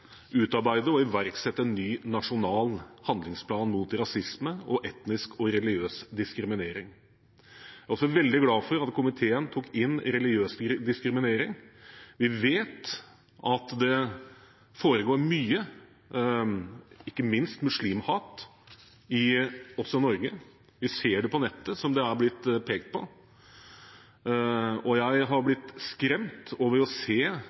utarbeide og iverksette en ny nasjonal handlingsplan mot rasisme og etnisk og religiøs diskriminering. Jeg er veldig glad for at komiteen tok inn religiøs diskriminering. Vi vet at det foregår mye, ikke minst muslimhat, også i Norge. Vi ser det på nettet, som det er blitt pekt på, og jeg har blitt skremt over å se